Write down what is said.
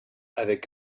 avec